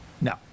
no